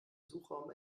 suchraum